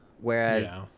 Whereas